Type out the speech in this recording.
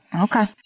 Okay